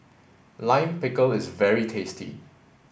Lime Pickle is very tasty